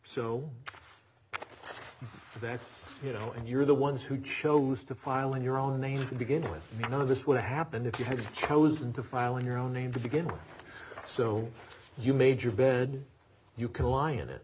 so that's you know and you're the ones who chose to file in your own name to begin with none of this would have happened if you had chosen to file in your own name to begin with so you made your bed you can lie in it